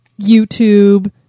YouTube